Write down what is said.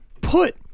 put